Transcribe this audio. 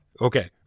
Okay